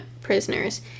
prisoners